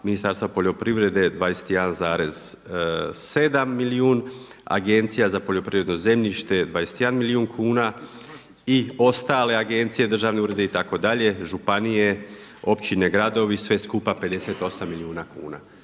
Ministarstva poljoprivrede 21,7 milijun, Agencija za poljoprivredno zemljište 21 milijun kuna i ostale agencije, državni uredi itd., županije, općine, gradovi sve skupa 58 milijuna kuna.